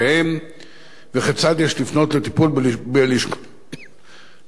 לטיפול בלשכות התעסוקה הרלוונטיות להם.